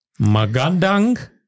Magandang